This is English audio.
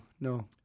no